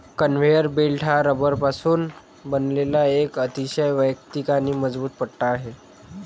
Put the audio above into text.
conveyor belt हा रबरापासून बनवलेला एक अतिशय वैयक्तिक आणि मजबूत पट्टा आहे